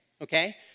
Okay